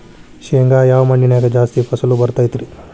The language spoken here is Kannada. ಶೇಂಗಾ ಯಾವ ಮಣ್ಣಿನ್ಯಾಗ ಜಾಸ್ತಿ ಫಸಲು ಬರತೈತ್ರಿ?